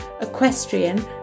equestrian